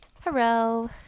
Hello